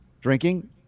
drinking